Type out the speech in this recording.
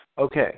okay